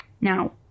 Now